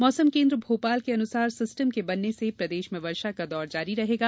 मौसम केन्द्र भोपाल के अनुसार सिस्टम के बनने से प्रदेश में वर्षा का दौर जारी रहेगा